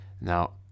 Now